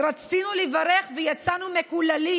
"רצינו לברך ויצאנו מקללים.